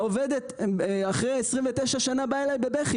העובדת אחרי 29 שנים באה אליי בבכי,